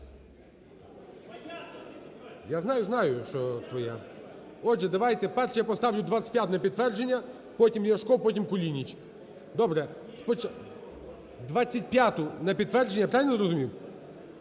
Я знаю, знаю, що твоя. Отже, давайте першу я поставлю 25-у на підтвердження, потім – Ляшко, потім – Кулініч. Добре, спочатку… 25-у на підтвердження. Я правильно зрозумів?